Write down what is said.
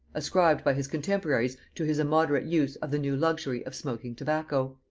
ascribed by his contemporaries to his immoderate use of the new luxury of smoking tobacco.